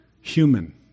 human